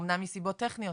אומנם מסיבות טכניות,